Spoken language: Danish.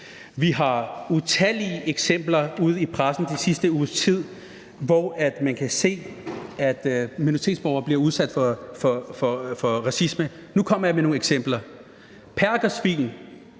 Vi har utallige eksempler ude i pressen de sidste ugers tid, hvor man kan se, at minoritetsborgere bliver udsat for racisme. Nu kommer jeg med nogle eksempler: Perkersvin,